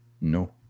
no